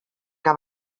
que